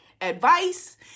advice